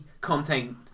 content